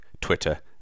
Twitter